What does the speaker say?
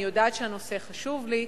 אני יודעת שהנושא חשוב לי.